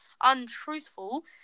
untruthful